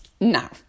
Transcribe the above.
Now